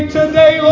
today